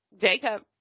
Jacob